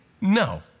No